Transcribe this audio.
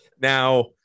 now